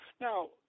Now